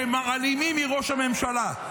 שמעלימים מראש הממשלה.